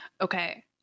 Okay